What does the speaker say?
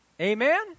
Amen